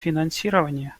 финансирование